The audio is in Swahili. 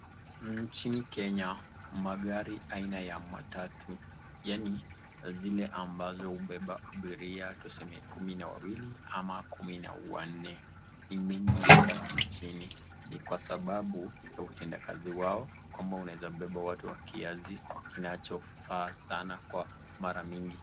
Nchini Kenya, magari aina ya matatu, yani zile ambazo hubeba abiria tuseme kumi na wawili ama kumi na wanne ni mingi mno nchini ni kwa sababu ya utenda kazi wao kwamba unaweza beba watu wa kiasi kinachofaa sana kwa mara mingi.